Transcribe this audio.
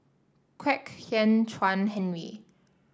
Kwek Hian Chuan Henry